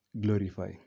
glorify